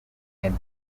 and